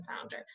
founder